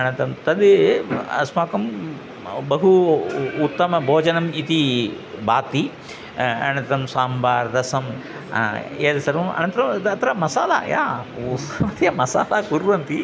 अनन्तरं तद् अस्माकं बहु उ उत्तमं भोजनम् इति भाति अनन्तरं साम्बार् रसं एतद् सर्वम् अनन्तरं द अत्र मसाला या उस् सत्यं मसाला कुर्वन्ति